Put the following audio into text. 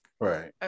right